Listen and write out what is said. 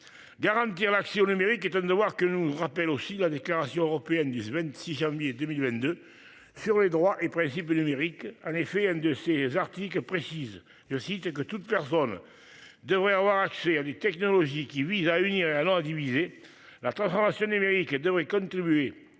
Garantir l'accès au numérique étonne de voir que nous rappelle aussi la déclaration européenne 10 26 janvier 2022 sur les droits et principes de Amérique en effet un de ses articles précise je cite que toute personne devrait avoir accès à des technologies qui vise à une alors à diviser la transformation numérique devrait contribuer.